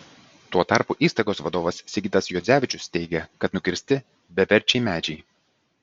tuo tarpu įstaigos vadovas sigitas juodzevičius teigia kad nukirsti beverčiai medžiai